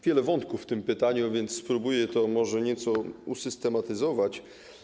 Wiele jest wątków w tym pytaniu, a więc spróbuję to może nieco usystematyzować.